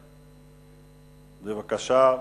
בבקשה.